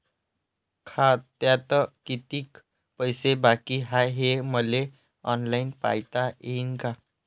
खात्यात कितीक पैसे बाकी हाय हे मले ऑनलाईन पायता येईन का?